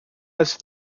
has